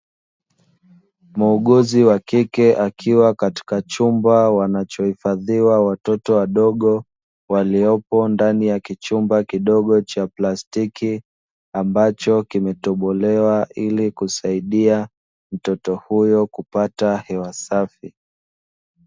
Muuguzi wa kike, akiwa katika chumba wanachohifadhiwa watoto wadogo waliopo ndani ya kichumba kidogo cha plastiki, ambacho kimetobolewa ili kusaidia mtoto huyo kupata hewa safi.